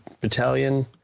battalion